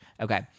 Okay